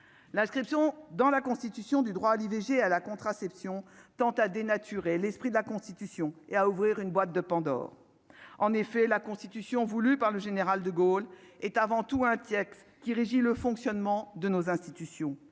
l'inscription dans la constitution du droit à l'IVG à la contraception, tente à dénaturer l'esprit de la Constitution et à ouvrir une boîte de Pandore en effet la constitution voulue par le général de Gaulle est avant tout un texte qui régit le fonctionnement de nos institutions,